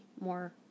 more